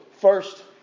first